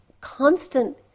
constant